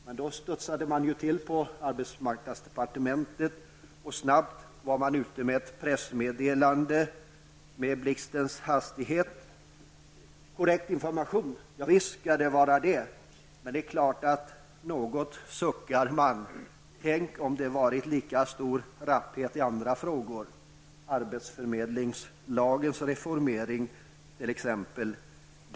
Men då studsade man till på arbetsmarknadsdepartementet och var blixtsnabbt ute med ett pressmeddelande. Visst skall det vara korrekt information, men ändå suckar man något. Tänk om det varit lika stor rapphet i andra frågor, arbetsförmedlingslagens reformering t.ex.!